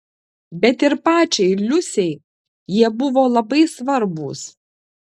bet ir pačiai liusei jie buvo labai svarbūs